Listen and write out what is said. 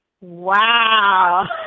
Wow